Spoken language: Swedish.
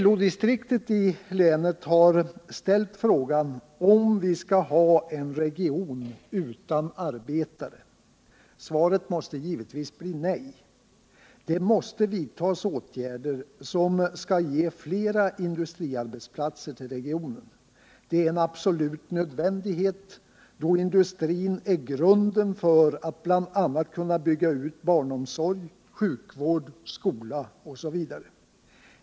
LO-distriktet i länet har ställt frågan om vi skall ha en region utan arbetare. Svaret måste givetvis bli nej. Det måste vidtas åtgärder som ger flera industriarbetsplatser i regionen. Detta är en absolut nödvändighet, då industrin är grunden för att vi skall kunna bygga ut barnomsorg, sjukvård, skola osv.